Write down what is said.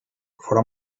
for